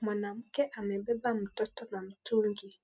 Mwanamke amebeba mtoto na mtungi.